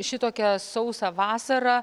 šitokią sausą vasarą